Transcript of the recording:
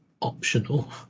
optional